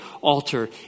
altar